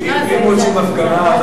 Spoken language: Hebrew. אם רוצים הפגנה,